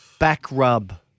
Backrub